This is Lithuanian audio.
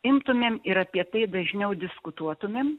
imtumėm ir apie tai dažniau diskutuotumėm